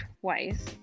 twice